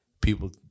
people